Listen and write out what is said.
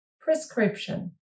prescription